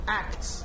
acts